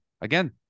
again